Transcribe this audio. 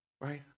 right